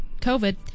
COVID